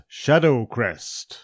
Shadowcrest